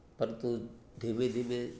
પરતું ધીમે ધીમે